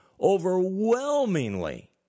overwhelmingly